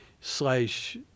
Slash